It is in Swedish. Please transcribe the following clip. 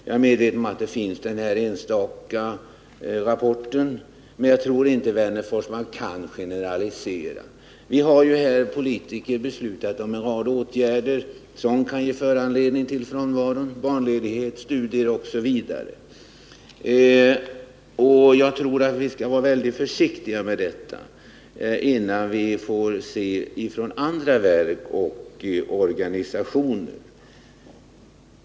Jag är medveten om att det finns enstaka rapporter, men jag tror inte att man skall generalisera. Vi politiker har beslutat om en rad åtgärder, som kan ge anledning till frånvaro: barnledighet, studieledighet osv. Vi skall vara väldigt försiktiga med att uttala oss, innan vi får klarhet om förhållandet från andra verk och organisationer.